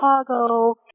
Chicago